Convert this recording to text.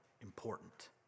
Important